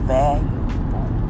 valuable